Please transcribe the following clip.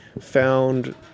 found